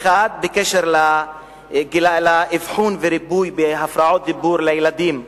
האחד, בקשר לאבחון וריפוי הפרעות דיבור של ילדים,